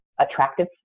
attractive